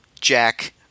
Jack